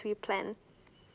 plan